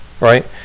right